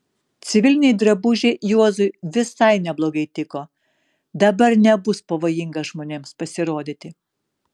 civiliniai drabužiai juozui visai neblogai tiko dabar nebus pavojinga žmonėms pasirodyti